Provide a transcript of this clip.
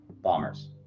bombers